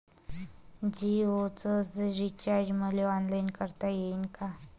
जीओच रिचार्ज मले ऑनलाईन करता येईन का?